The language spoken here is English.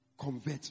convert